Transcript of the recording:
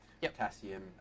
Potassium